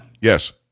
yes